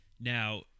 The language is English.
Now